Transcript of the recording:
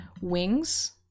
wings